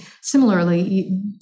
similarly